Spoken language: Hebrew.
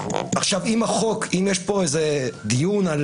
אם יש פה דיון אם